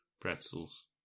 Pretzels